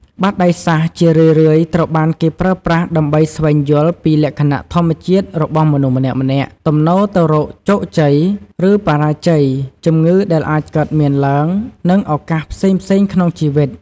បាតដៃសាស្រ្ត ជារឿយៗត្រូវបានគេប្រើប្រាស់ដើម្បីស្វែងយល់ពីលក្ខណៈធម្មជាតិរបស់មនុស្សម្នាក់ៗ ទំនោរទៅរកជោគជ័យ ឬបរាជ័យ ជំងឺដែលអាចកើតមានឡើង និងឱកាសផ្សេងៗក្នុងជីវិត។